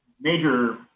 major